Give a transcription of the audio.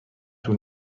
طول